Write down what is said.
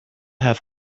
have